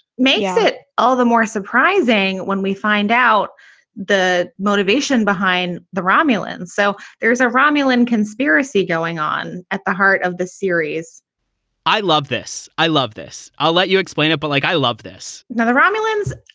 makes it all the more surprising when we find out the motivation behind the romulans. so there is a romulan conspiracy going on at the heart of the series i love this. i love this. i'll let you explain it. but like i love this now, the romulans,